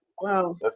wow